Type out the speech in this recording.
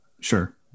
Sure